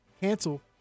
cancel